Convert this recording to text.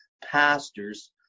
pastors